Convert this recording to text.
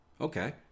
Okay